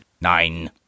nine